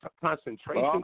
concentration